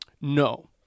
No